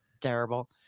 terrible